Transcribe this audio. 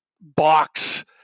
box